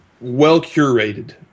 well-curated